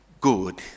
good